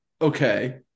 okay